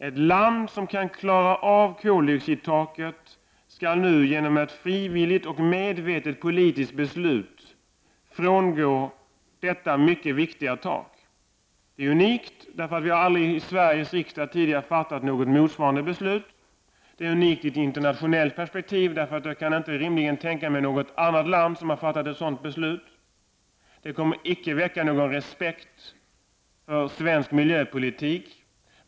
Ett land som kan klara koldioxidtaket skall nu alltså genom ett frivilligt och medvetet politiskt beslut frångå detta mycket viktiga tak. Beslutet är unikt så till vida att Sveriges riksdag aldrig tidigare har fattat ett motsvarande beslut. Beslutet är också unikt i ett internationellt perspektiv. Inget annat land kan rimligen ha fattat ett sådant här beslut. Vidare kommer beslutet icke att väcka respekt för svensk miljöpolitik.